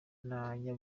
bavuga